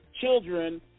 children